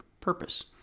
purpose